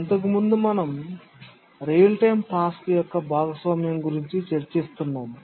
ఇంతకుముందు మనం real time task యొక్క భాగస్వామ్యం గురించి చర్చిస్తున్నాము